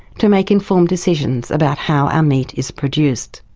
to make informed decisions about how our meat is produced.